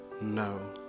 No